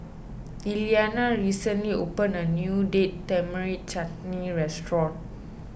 Elliana recently opened a new Date Tamarind Chutney restaurant